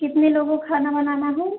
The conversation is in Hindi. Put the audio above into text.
कितने लोगों का खाना बनाना है